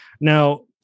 Now